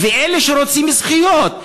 ואלה שרוצים זכויות,